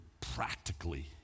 practically